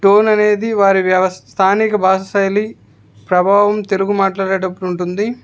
tone అనేది వారి వ్యవ స్థానిక భాష శైలి ప్రభావం తెలుగు మాట్లాడేటప్పుడు ఉంటుంది